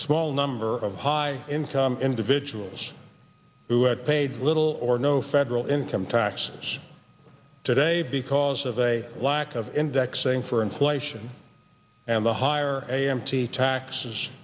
small number of high income individuals who had paid little or no federal income taxes today because of a lack of indexing for inflation and the higher a m t taxes